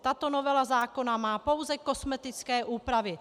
Tato novela zákona má pouze kosmetické úpravy.